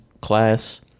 class